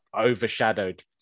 overshadowed